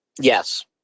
Yes